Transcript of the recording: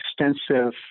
extensive